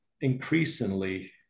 increasingly